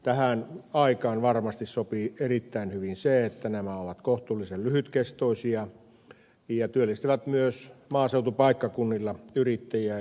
tähän aikaan varmasti sopii erittäin hyvin se että nämä ovat kohtuullisen lyhytkestoisia ja työllistävät myös maaseutupaikkakunnilla yrittäjiä